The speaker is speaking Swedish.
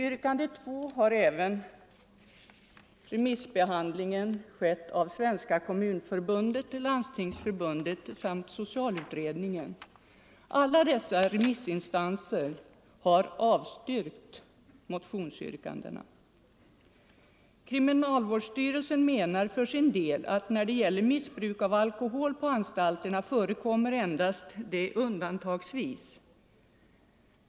Yrkandet 2 har även varit föremål för remissbehandling av Kommunförbundet, Landstingsförbun det och socialutredningen. Alla dessa remissinstanser avstyrker motions Nr 129 yrkandena. Onsdagen den Kriminalvårdsstyrelsen menar för sin del att missbruk av alkohol på 27 november 1974 anstalterna förekommer endast undantagsvis.